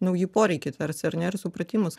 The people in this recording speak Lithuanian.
nauji poreikiai tarsi ar ne ir supratimas